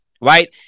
Right